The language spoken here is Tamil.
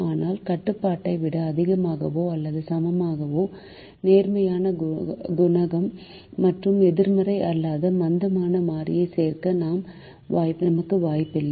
ஆனால் கட்டுப்பாட்டை விட அதிகமாகவோ அல்லது சமமாகவோ நேர்மறையான குணகம் மற்றும் எதிர்மறை அல்லாத மந்தமான மாறியைச் சேர்க்க நமக்கு வாய்ப்பில்லை